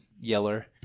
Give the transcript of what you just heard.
yeller